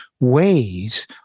ways